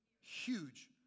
Huge